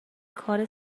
کار